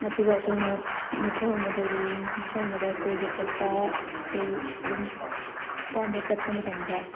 ꯑꯗꯨꯒ ꯑꯩꯈꯣꯏꯅ ꯃꯐꯝ ꯑꯃꯗꯒꯤ ꯃꯐꯝ ꯑꯃꯗ ꯀꯣꯏꯕ ꯆꯠꯄ ꯀꯔꯤ ꯑꯗꯨꯝ ꯑꯄꯥꯝꯕ ꯆꯠꯄ ꯃꯇꯝꯗ